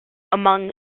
among